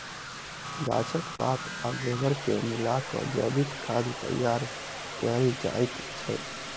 गाछक पात आ गोबर के मिला क जैविक खाद तैयार कयल जाइत छै